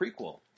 prequel